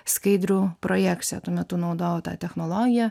skaidrių projekcija tuo metu naudojau tą technologiją